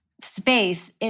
space